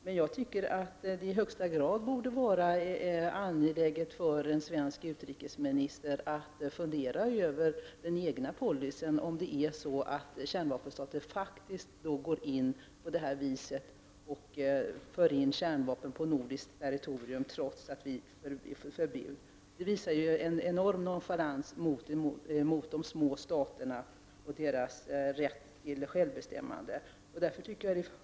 Men det borde i högsta grad vara angeläget för en svensk utrikesminister att fundera över den egna policyn om kärnvapenstater faktiskt går in i hamnar på detta vis och för in kärnvapen på nordiskt territorium trots att det är förbjudet. Det visar på en enorm nonchalans mot de små staterna och deras rätt till självbestämmande.